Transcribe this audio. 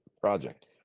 project